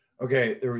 Okay